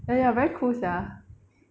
ya ya very cool sia